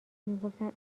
میگفتن